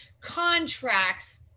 contracts